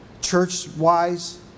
church-wise